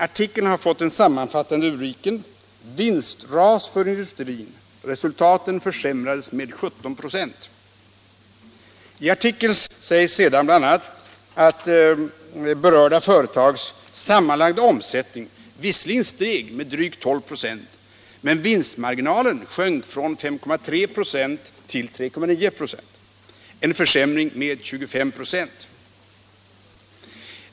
Artikeln har fått den sammanfattande rubriken ”Vinstras för industrin. Resultaten försämrades med 17 96”. I artikeln sägs sedan bl.a. att berörda företags sammanlagda omsättning visserligen steg med drygt 12 96, men att vinstmarginalen sjönk från 5,3 96 till 3,9 8, en försämring med 25 96.